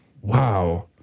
wow